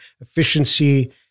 Efficiency